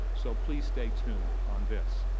so please stay tuned on this.